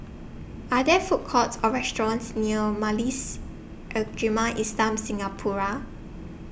Are There Food Courts Or restaurants near Majlis Ugama Islam Singapura